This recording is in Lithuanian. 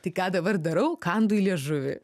tai ką dabar darau kandu į liežuvį